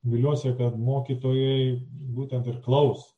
viliuosi kad mokytojai būtent ir klaus